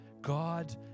God